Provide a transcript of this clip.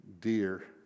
dear